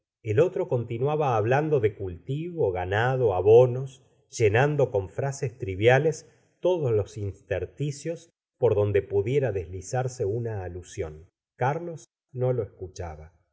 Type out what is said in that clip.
el otro continuaba hablando de cultivo ganado abonos llenando con frases triviales todos los intersticios por donde pudiera desliza rse una alusión carlos no lo